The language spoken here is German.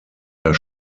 der